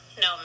no